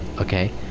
Okay